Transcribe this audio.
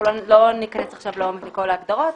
אנחנו לא ניכנס עכשיו לעומק כל ההגדרות,